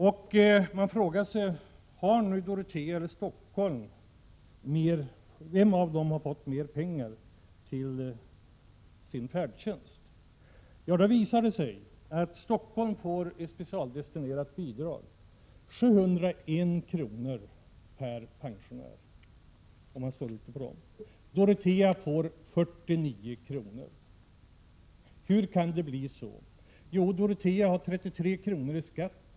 Man kan då ställa frågan: Vilken av orterna Dorotea eller Stockholm har fått mest pengar till färdtjänst? Det visar sig att Stockholm av det specialdestinerade bidraget får 701 kr. per pensionär, om man slår ut beloppet på dem. Dorotea får 49 kr. Hur kan det bli så? Jo, Dorotea har 33 kr. i skatt.